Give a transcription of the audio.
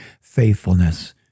faithfulness